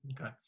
Okay